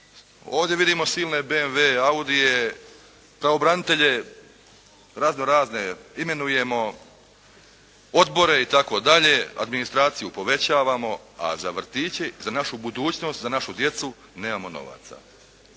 ovdje vidimo silne BMW-e, Audie, pravobranitelje razno razne imenujemo, odbore itd., administraciju povećavamo a za vrtiće, za našu budućnost, za našu djecu nemamo novaca.